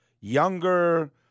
younger